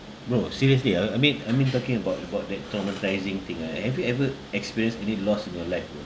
bro seriously ah amid amid talking about about that traumatising thing ah have you ever experienced any loss in your life bro